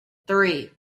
three